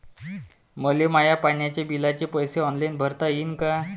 मले माया पाण्याच्या बिलाचे पैसे ऑनलाईन भरता येईन का?